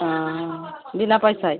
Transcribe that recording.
হাঁ বিনা পয়সায়